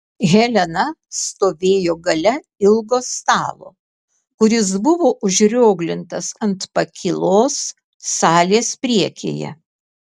helena stovėjo gale ilgo stalo kuris buvo užrioglintas ant pakylos salės priekyje